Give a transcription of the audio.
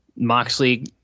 Moxley